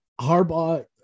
Harbaugh